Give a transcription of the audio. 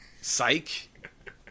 psych